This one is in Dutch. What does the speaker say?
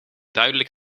duidelijk